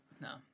No